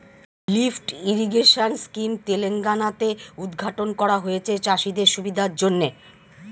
lift irrigation scheme Telangana তে উদ্ঘাটন করা হয়েছে চাষিদের সুবিধার জন্যে